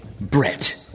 Brett